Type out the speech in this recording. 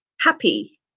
happy